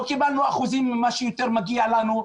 לא קיבלנו אחוזים יותר ממה שמגיע לנו,